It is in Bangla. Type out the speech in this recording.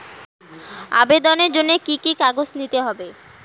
আবেদনের জন্য কি কি কাগজ নিতে হবে?